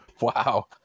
wow